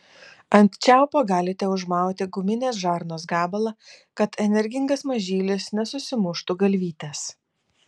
ant čiaupo galite užmauti guminės žarnos gabalą kad energingas mažylis nesusimuštų galvytės